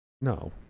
no